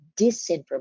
disinformation